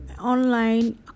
online